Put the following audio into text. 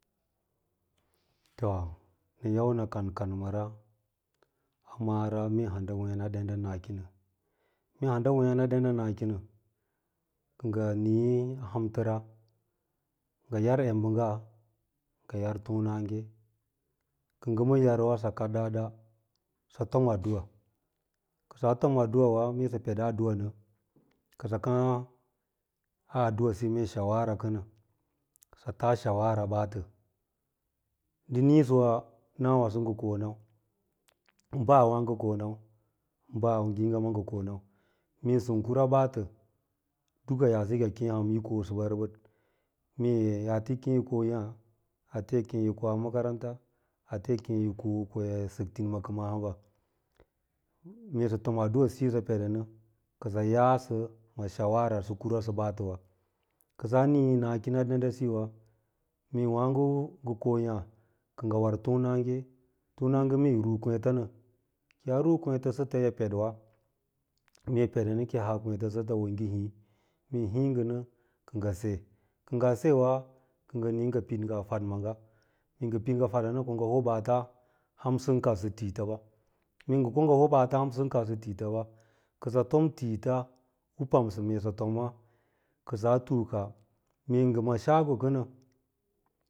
To nɚa yau nɚ kan kan mɚra a mara mee hanɗa wêên aɗɚnda mkɚnɚ, mee handa wààw a ɗɚnda nakɚn nɚ kɚ nga nii a hamtɚ ngɚ yar emɓɚngga ngɚ yar tonage, kɚ ɓɚn yarwa sɚ kar ɗa-ɗa sɚ tom addu’a, kɚsaa tom aɗɗulaira mee sɚ pedaa aɗɗu’a nɚ, kɚsɚ kàà aɗɗua siyo shawara kɚnɚ, sɚ taa shawara shawara kɚ nɚ sɚ taa shawara ɓaatɚ ndɚ niisɚwa nawaso ngɚ ko nau ɓaa wààgo ngɚ konau, ɓaa ngiiga ma ngɚ konau, mee sɚn kura ɓaata duka yaase ki yi kêê hamyi kosɚɓa, mee ate yi kem yi ko yàà ate yi kiem yi koa makaranta ate yi keme yi ko ko yi sɚk tinimakɚma a hamba, meesɚ tom addu’asiyo sɚ pedenɚ sɚ yaasɚ ma shawara sɚ kurasɚ ɓaatɚwa kɚ saa nii nakɚn a ɗenɗasiyowa mee wààgo ngɚ ko yàà kɚ ngɚ war tonnage, tonnage mee yi ru kwêêta nɚ ki yaa hi kwêêtasɚta yi pɚd’wa mee peɗɚnɚ kɚi haa kwêêtasɚta ki wo yi ngɚ hii mee yi hii ngɚ kɚ ngɚ se kɚ ngaa sewa kɚ ngɚ nii ngɚ piɗ ngɚ faɗ maaga, mee ngɚ piɗ ngɚ fadan ko ngɚ hoo ɓaats ham sɚn kaɗsɚ tiitba, mee ngɚ ko ngɚ hoo baata aham sɚn karsɚ tiitaɓa kɚ ngɚ tom tiita u sɚ pamsɚ mee sɚ tomwà, ko saa tuuka mee ngɚ ma sago kɚnɚ